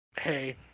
hey